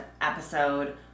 episode